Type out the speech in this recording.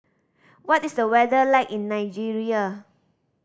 what is the weather like in Nigeria